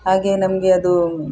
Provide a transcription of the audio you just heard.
ಹಾಗೆ ನಮಗೆ ಅದು